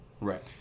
right